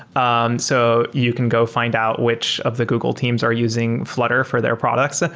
um so you can go fi nd out which of the google teams are using flutter for their products.